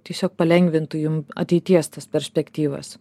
tiesiog palengvintų jum ateities tas perspektyvas